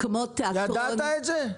אתה ידעת את זה?